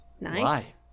Nice